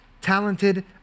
talented